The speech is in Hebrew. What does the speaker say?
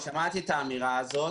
אני שמעתי את האמירה הזאת.